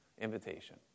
invitation